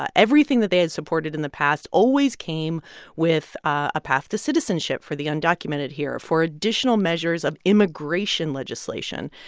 ah everything that they had supported in the past always came with a path to citizenship for the undocumented here, for additional measures of immigration legislation.